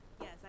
Yes